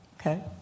Okay